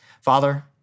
Father